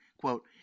quote